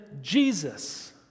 Jesus